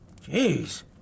Jeez